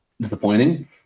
disappointing